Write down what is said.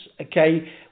okay